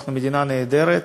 אנחנו מדינה נהדרת,